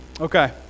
Okay